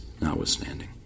notwithstanding